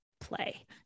play